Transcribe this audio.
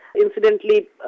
incidentally